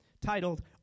titled